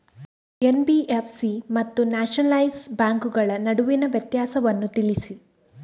NBFC ಮತ್ತು nationalise ಬ್ಯಾಂಕುಗಳ ನಡುವಿನ ವ್ಯತ್ಯಾಸವನ್ನು ತಿಳಿಸಿ?